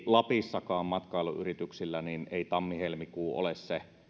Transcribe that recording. lapissakaan matkailuyrityksillä tammi helmikuu ole